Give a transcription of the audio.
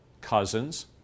cousins